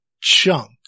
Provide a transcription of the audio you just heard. chunk